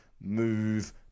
move